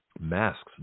Masks